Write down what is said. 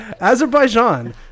azerbaijan